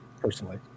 personally